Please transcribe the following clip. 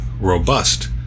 robust